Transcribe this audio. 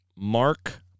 Mark